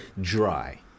dry